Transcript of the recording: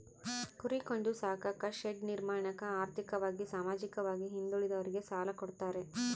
ಕುರಿ ಕೊಂಡು ಸಾಕಾಕ ಶೆಡ್ ನಿರ್ಮಾಣಕ ಆರ್ಥಿಕವಾಗಿ ಸಾಮಾಜಿಕವಾಗಿ ಹಿಂದುಳಿದೋರಿಗೆ ಸಾಲ ಕೊಡ್ತಾರೆ